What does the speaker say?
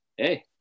Hey